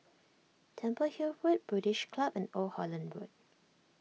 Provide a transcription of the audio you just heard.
Temple Hill Road British Club and Old Holland Road